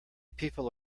people